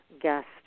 guest